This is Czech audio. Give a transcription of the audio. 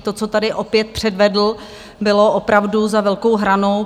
To, co tady opět předvedl, bylo opravdu za velkou hranou.